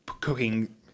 cooking